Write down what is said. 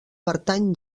pertany